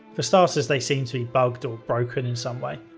for starters, they seem to be bugged or broken in some way.